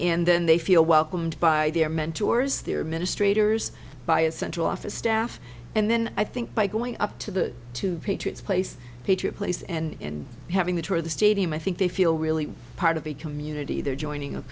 and then they feel welcomed by their mentors their administrator is by a central office staff and then i think by going up to the two patriots place patriot place and having the tour of the stadium i think they feel really part of the community they're joining